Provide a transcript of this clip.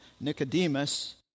Nicodemus